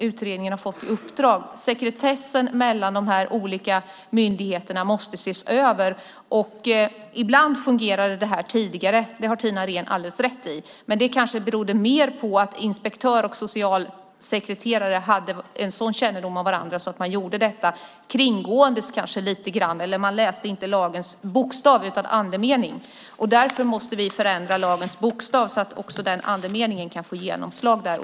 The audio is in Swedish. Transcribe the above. Utredningen har fått i uppdrag att se över sekretessen mellan de olika myndigheterna. Ibland fungerade det tidigare - det har Tina Ehn alldeles rätt i - men det kanske mer berodde på att inspektör och socialsekreterare hade en sådan kännedom om varandra att man gjorde detta utan att läsa lagens bokstav. Man läste dess andemening. Vi måste förändra lagens bokstav så att andemeningen kan få genomslag.